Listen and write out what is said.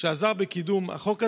שעזר בקידום החוק הזה,